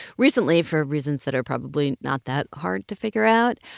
recently, for reasons that are probably not that hard to figure out,